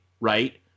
right